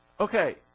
Okay